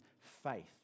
faith